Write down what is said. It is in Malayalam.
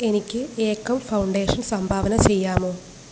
എനിക്ക് ഏക്കൗ ഫൗണ്ടേഷൻ സംഭാവന ചെയ്യാമോ